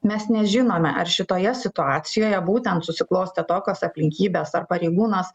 mes nežinome ar šitoje situacijoje būtent susiklostė tokios aplinkybės ar pareigūnas